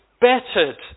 bettered